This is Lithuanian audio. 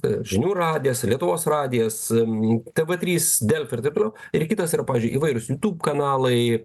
žinių radijas lietuvos radijas tv trys delfi ir taip toliau ir kitas yra pavyzdžiui įvairūs jutub kanalai